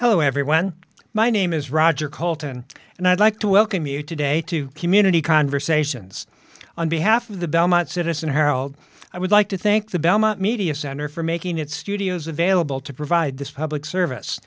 hello everyone my name is roger colton and i'd like to welcome you today to community conversations on behalf of the belmont citizen herald i would like to thank the belmont media center for making its studios available to provide this public service